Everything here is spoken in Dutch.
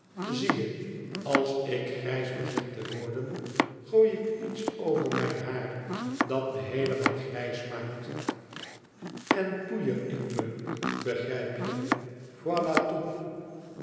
zie je als ik grijs begin te worden gooi ik iets over mijn haar dat me heelemaal grijs maakt en poeier ik me begrijp je voila